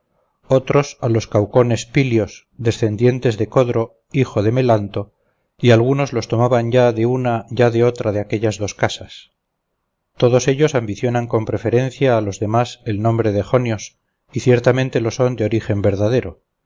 otros a los caucones pylios descendientes de codro hijo de melantho y algunos los tomaban ya de una ya de otra de aquellas dos casas todos ellos ambicionan con preferencia a los demás el nombre de jonios y ciertamente lo son de origen verdadero